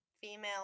female